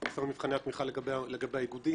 אנחנו פרסמנו את מבחני התמיכה לגבי האיגודים,